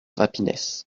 happiness